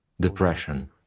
depression